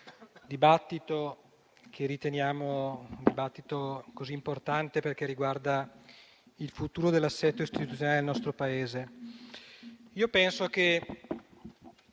dibattito che riteniamo così importante, perché riguarda il futuro dell'assetto istituzionale del nostro Paese. Penso che